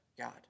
God